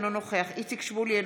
אינו נוכח איציק שמולי,